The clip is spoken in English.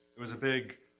it was a big